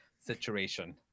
situation